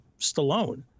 stallone